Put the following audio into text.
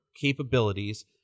capabilities